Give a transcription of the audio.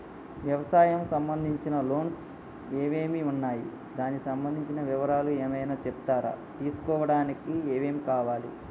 వ్యవసాయం సంబంధించిన లోన్స్ ఏమేమి ఉన్నాయి దానికి సంబంధించిన వివరాలు ఏమైనా చెప్తారా తీసుకోవడానికి ఏమేం కావాలి?